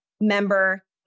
member